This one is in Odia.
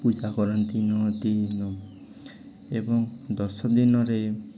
ପୂଜା କରନ୍ତି ନଅଟି ଏବଂ ଦଶଦିନରେ